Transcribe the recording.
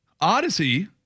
Odyssey